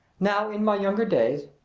now in my younger days